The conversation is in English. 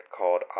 called